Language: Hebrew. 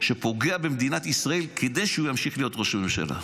שפוגע במדינת ישראל כדי שהוא ימשיך להיות ראש הממשלה.